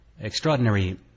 extraordinary